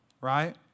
right